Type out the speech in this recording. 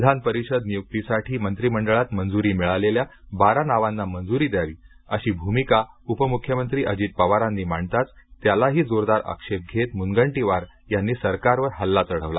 विधान परिषद नियुक्तीसाठी मंत्रिमंडळात मंजूरी मिळालेल्या बारा नावांना मंजूरी द्यावी अशी भूमिका उपमुख्यमंत्री अजित पवारांनी मांडताच त्यालाही जोरदार आक्षेप घेत मुनगंटीवार यांनी सरकारवर हल्ला चढवला